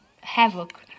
havoc